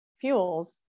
fuels